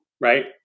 right